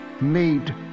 made